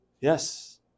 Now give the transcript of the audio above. Yes